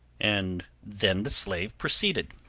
and then the slave proceeded